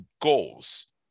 goals